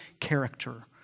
character